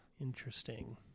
Interesting